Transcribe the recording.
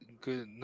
Good